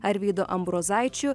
arvydu ambrozaičiu